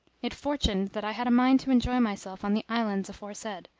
it fortuned that i had a mind to enjoy myself on the islands aforesaid,